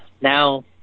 now